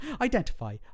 identify